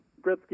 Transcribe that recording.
Gretzky